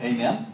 Amen